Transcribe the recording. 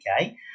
okay